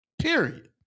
period